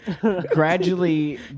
gradually